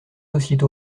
aussitôt